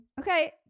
Okay